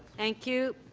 thank you.